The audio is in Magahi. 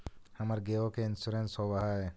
हमर गेयो के इंश्योरेंस होव है?